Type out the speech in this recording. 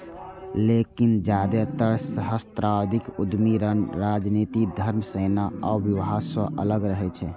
लेकिन जादेतर सहस्राब्दी उद्यमी राजनीति, धर्म, सेना आ विवाह सं अलग रहै छै